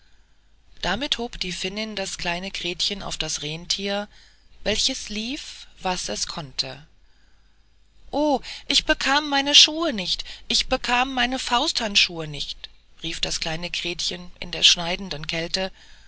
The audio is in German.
damit hob die finnin das kleine gretchen auf das renntier welches lief was es konnte o ich bekam meine schuhe nicht ich bekam meine fausthandschuhe nicht rief das kleine gretchen in der schneidenden kälte